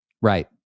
Right